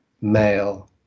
male